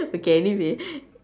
okay anyway